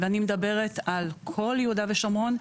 אני מדברת על כל יהודה ושומרון,